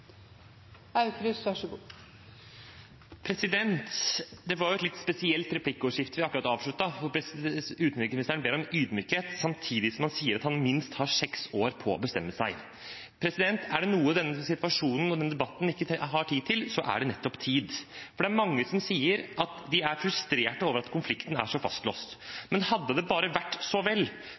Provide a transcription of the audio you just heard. Det var et litt spesielt replikkordskifte vi akkurat avsluttet, hvor utenriksministeren ber om ydmykhet samtidig som han sier at han har minst seks år på å bestemme seg. Er det noe denne situasjonen og denne debatten ikke har tid til, er det nettopp tid, for det er mange som sier at de er frustrerte over at konflikten er så fastlåst. Men hadde det bare vært så vel,